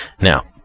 Now